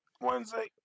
Wednesday